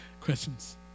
Questions